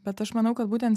bet aš manau kad būtent